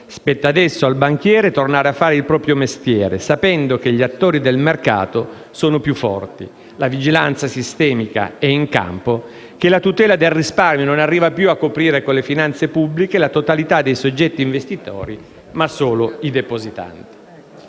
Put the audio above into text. spetta adesso al banchiere tornare a fare il proprio mestiere, sapendo che gli attori del mercato sono più forti, che la vigilanza sistemica è in campo e che la tutela del risparmio non arriva più a coprire con le finanze pubbliche la totalità dei soggetti investitori ma solo i depositari.